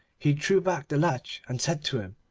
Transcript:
he drew back the latch and said to him,